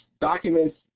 documents